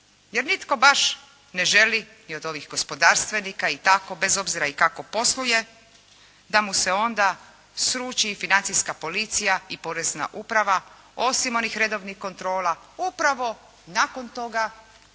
jer nitko baš ne želi i od ovih gospodarstvenika i tako, bez obzira i kako posluje, da mu se onda sruči i Financijska policija i Porezna uprava osim onih redovnih kontrola, upravo nakon toga,